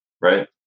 right